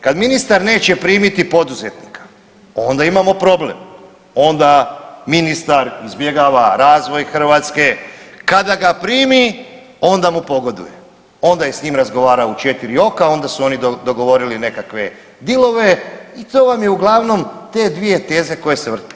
Kad ministar neće primiti poduzetnika onda imamo problem, onda ministar izbjegava razvoj Hrvatske, kada ga primi onda mu pogoduje, onda je s njim razgovarao u 4 oka, onda su oni dogovorili nekakve dilove i to vam je uglavnom te dvije teze koje se vrte.